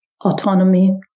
autonomy